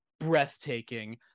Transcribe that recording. breathtaking